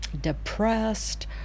depressed